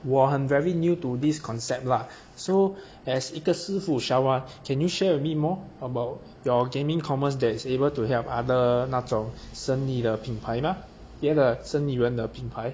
我很 very new to this concept lah so as 一个师傅 shower can you share with me more about your gaming commerce that is able to help other 那种生意的品牌吗别的生意人的品牌